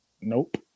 Nope